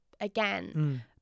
again